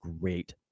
great